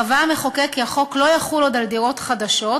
קבע המחוקק כי החוק לא יחול עוד על דירות חדשות,